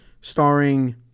starring